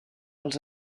els